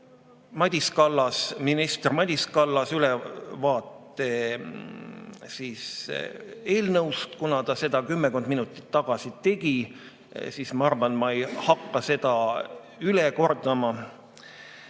andis minister Madis Kallas ülevaate eelnõust. Kuna ta seda kümmekond minutit tagasi siingi tegi, siis ma arvan, ma ei hakka seda üle kordama.